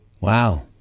Wow